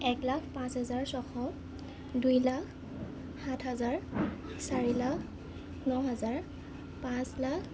এক লাখ পাঁচ হাজাৰ ছশ দুই লাখ সাত হাজাৰ চাৰি লাখ ন হাজাৰ পাঁচ লাখ